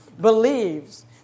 believes